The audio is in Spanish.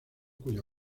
cuya